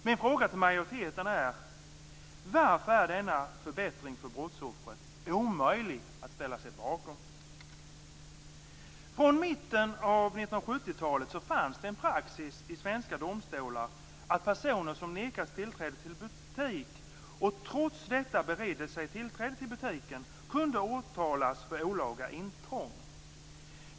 Min fråga till majoriteten är: Varför är det omöjligt att ställa sig bakom denna förbättring för brottsoffret? Från mitten av 1970-talet fanns det en praxis i svenska domstolar att personer som nekas tillträde till butik och som trots detta bereder sig tillträde till butiken kunde åtalas för olaga intrång.